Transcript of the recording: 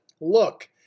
Look